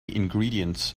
ingredients